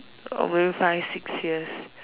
oh maybe five six years